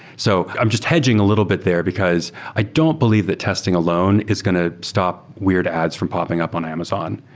so i'm just hedging a little bit there, because i don't believe that testing alone is going to stop weird ads from popping up on amazon,